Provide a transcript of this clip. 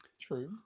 true